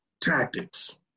tactics